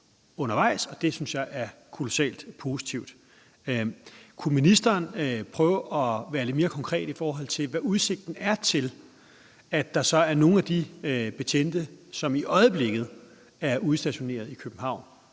og det synes jeg er kolossalt positivt. Kunne ministeren prøve at være lidt mere konkret, i forhold til hvad udsigten er til, at nogle af de betjente, som i øjeblikket er udstationeret i København,